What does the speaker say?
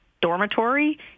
dormitory